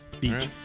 beach